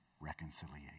reconciliation